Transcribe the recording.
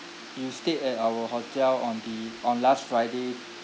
you stayed at our hotel on the on last friday